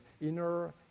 inner